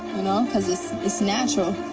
you know, cause it's it's natural.